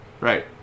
Right